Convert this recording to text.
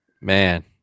man